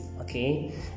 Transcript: okay